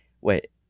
Wait